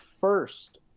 first